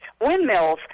windmills